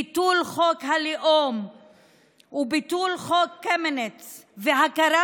ביטול חוק הלאום וביטול חוק קמיניץ וההכרה